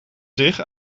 zich